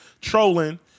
trolling